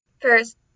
First